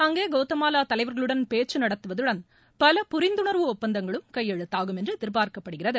அங்கே கவுதமாலா தலைவர்களுடன் பேச்சு நடத்துவதுடன் பல புரிந்துணர்வு ஒப்பந்தங்களும் கையெழுத்தாகும் என்று எதிர்பார்க்கப்படுகிறது